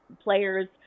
players